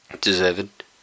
Deserved